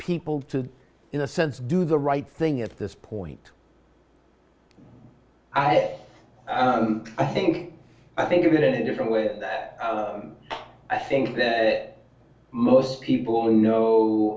people to in a sense do the right thing at this point i i think i think of it in a different way that i think that most people know